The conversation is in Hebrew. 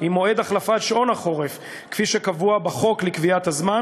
עם מועד החלפת שעון החורף כפי שקבוע בחוק לקביעת הזמן.